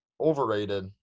overrated